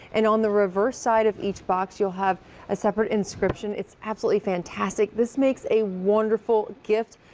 and on the reverse side of each box you'll have a separate inscription. it's absolutely fantastic. this makes a wonderful gift.